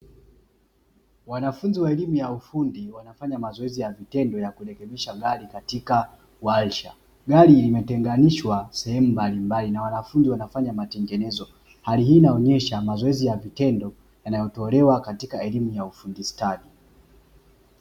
Wanafunzi wa elimu ya ufundi wanafanya mazoezi ya vitendo ya kurekebisha gari katika warsha. Gari limetengenishwa sehemu mbalimbali na wanafunzi wanafanya matengenezo. Hali hii inaonesha mazoezi ya vitendo yanayotolewa katika elimu ya ufundi stadi.